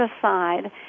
aside